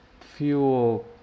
fuel